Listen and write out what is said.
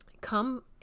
come